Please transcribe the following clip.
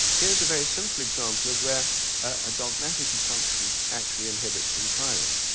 here's a very simple example of where a dogmatic assumption actually inhibits enquiry.